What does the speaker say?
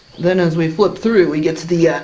then as we flip through, we get to the yeah